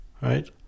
right